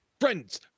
friends